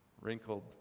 wrinkled